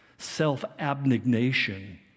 self-abnegation